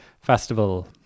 Festival